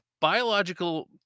biological